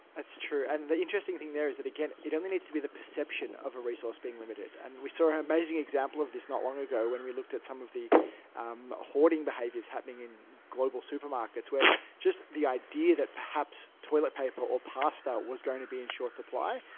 that's true. and the interesting thing there is that again, it only needs to be the perception of a resource being limited. and we saw an amazing example of this not long ago when we looked at some of the hoarding behaviors happening in global supermarkets, where just the idea that perhaps toilet paper or pasta was going to be in short supply,